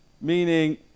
Meaning